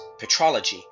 petrology